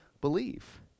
believe